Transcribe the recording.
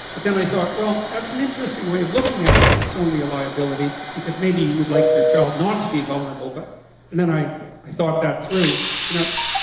but then i thought, well, that's an interesting way of looking at it, that it's only a liability because, maybe you would like your child not to be vulnerable, but but then i thought that through in a